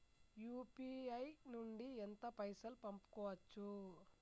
UPI నుండి ఎంత పైసల్ పంపుకోవచ్చు?